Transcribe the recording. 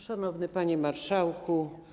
Szanowny Panie Marszałku!